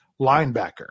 linebacker